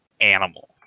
animal